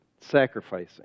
Sacrificing